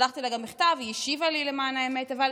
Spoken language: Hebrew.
שלחתי לה גם מכתב, היא השיבה לי, למען האמת, אבל